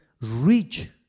reach